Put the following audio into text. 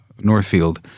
Northfield